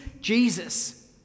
Jesus